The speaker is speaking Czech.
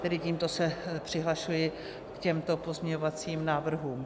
Tedy tímto se přihlašuji k těmto pozměňovacím návrhům.